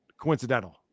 coincidental